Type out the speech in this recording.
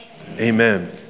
Amen